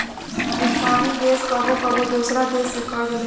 विकासशील देश कबो कबो दोसरा देश से कर्ज लेबेला